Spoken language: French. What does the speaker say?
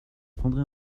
prendrai